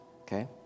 okay